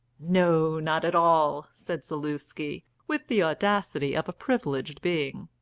no, not at all, said zaluski, with the audacity of a privileged being.